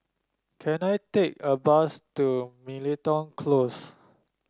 can I take a bus to Miltonia Close